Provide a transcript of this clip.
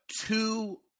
two